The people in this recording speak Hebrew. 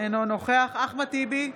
אינו נוכח אחמד טיבי,